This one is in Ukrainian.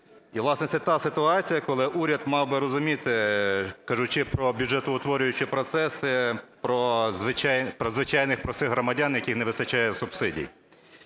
І, власне, це та ситуація, коли уряд мав би розуміти, кажучи про бюджетоутворюючі процеси, про звичайних простих громадян, у яких не вистачає субсидій.